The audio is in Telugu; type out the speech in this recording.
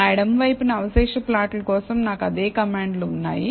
నా ఎడమ వైపున అవశేష ప్లాట్ కోసం నాకు అదే కమాండ్ లు ఉన్నాయి